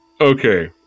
Okay